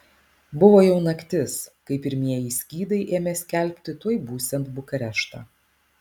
buvo jau naktis kai pirmieji skydai ėmė skelbti tuoj būsiant bukareštą